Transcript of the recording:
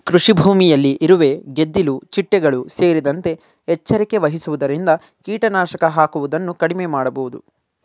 ಕೃಷಿಭೂಮಿಯಲ್ಲಿ ಇರುವೆ, ಗೆದ್ದಿಲು ಚಿಟ್ಟೆಗಳು ಸೇರಿದಂತೆ ಎಚ್ಚರಿಕೆ ವಹಿಸುವುದರಿಂದ ಕೀಟನಾಶಕ ಹಾಕುವುದನ್ನು ಕಡಿಮೆ ಮಾಡಬೋದು